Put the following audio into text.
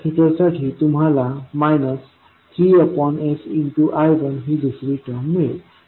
कॅपॅसिटरसाठी तुम्हाला 3sI1 ही दुसरी टर्म मिळेल